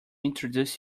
introduce